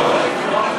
מה?